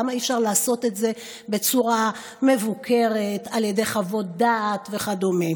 למה אי-אפשר לעשות את זה בצורה מבוקרת על ידי חוות דעת וכדומה?